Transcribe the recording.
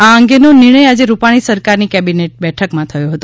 આ અંગે નો નિર્ણય આજે રૂપાણી સરકાર ની કેબિનેટ બેઠક માં થયો હતો